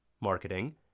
marketing